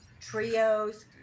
trios